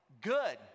Good